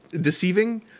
deceiving